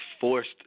forced